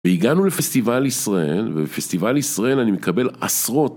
והגענו לפסטיבל ישראל, ובפסטיבל ישראל אני מקבל עשרות.